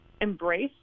embrace